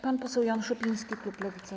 Pan poseł Jan Szopiński, klub Lewica.